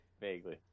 Vaguely